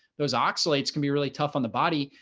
those oxalates can be really tough on the body.